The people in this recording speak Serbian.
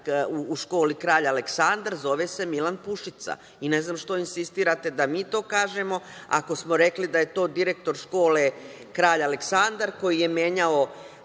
u školi „ Kralj Aleksandar“, zove se Milan Pušica i ne znam što insistirate da mi to kažemo, ako smo rekli da je to direktor škole „ Kralj Aleksandar“, koji je menjao